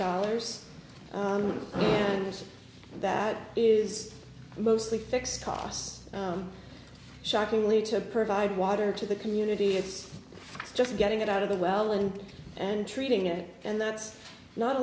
dollars or so that is mostly fixed costs shockingly to provide water to the community it's just getting it out of the well and and treating it and that's not a